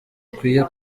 akwiye